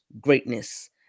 greatness